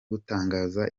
gutangaza